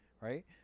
Right